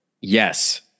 Yes